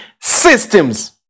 systems